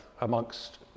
amongst